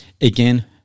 Again